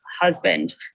husband